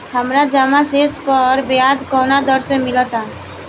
हमार जमा शेष पर ब्याज कवना दर से मिल ता?